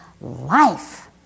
Life